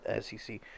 SEC